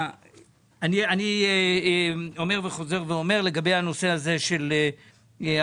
אני חוזר ואומר לגבי הנושא הזה של תוכנית